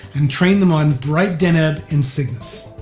and train them on bright deneb in cygnus.